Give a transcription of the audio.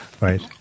Right